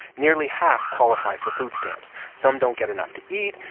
nearly half qualify for food stamps. some don't get enough to eat.